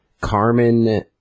Carmen